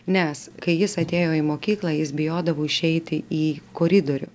nes kai jis atėjo į mokyklą jis bijodavo išeiti į koridorių